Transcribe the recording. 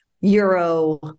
Euro